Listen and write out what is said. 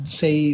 say